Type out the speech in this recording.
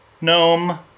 gnome